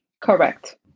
Correct